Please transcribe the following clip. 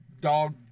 dog